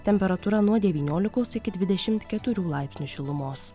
temperatūra nuo devyniolikos iki dvidešimt keturių laipsnių šilumos